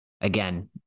Again